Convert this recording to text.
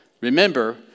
Remember